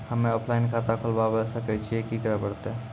हम्मे ऑफलाइन खाता खोलबावे सकय छियै, की करे परतै?